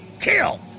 kill